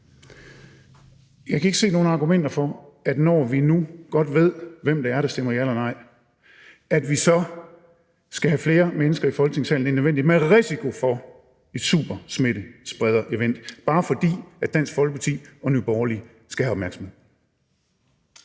Jeg kan ikke se nogen argumenter for, når vi nu godt ved, hvem det er, der stemmer ja og nej, at vi skal have flere mennesker i Folketingssalen end nødvendigt med risiko for et supersmittesprederevent, bare fordi Dansk Folkeparti og Nye Borgerlige skal have opmærksomhed.